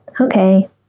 Okay